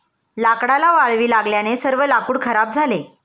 लाकडाला वाळवी लागल्याने सर्व लाकूड खराब झाले